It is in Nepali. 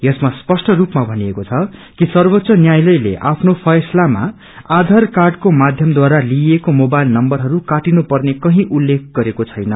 यसमा स्पष्ट रूपामा भनिएको द कि उच्चतम न्यायालयले आफ्नो फैसलामा आधार कांडको माध्यमद्वारा लिइएको मोबाईल नम्बरहरू काटिनुपर्ने कहि उल्लेख गरेको छैन